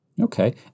Okay